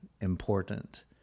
important